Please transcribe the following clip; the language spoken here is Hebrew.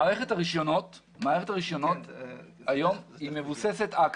מערכת הרישיונות היום היא מבוססת אקסס,